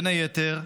בין היתר,